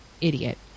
idiot